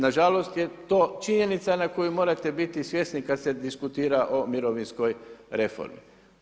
Na žalost je to činjenica na koju morate biti svjesni kada se diskutira o mirovinskoj reformi.